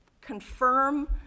confirm